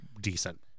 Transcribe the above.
decent